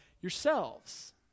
yourselves